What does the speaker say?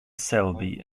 selby